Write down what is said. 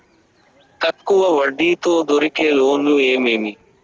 తక్కువ వడ్డీ తో దొరికే లోన్లు ఏమేమి